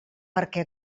perquè